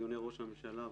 דיוני ראש הממשלה וכו'.